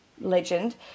Legend